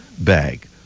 bag